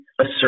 assert